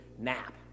nap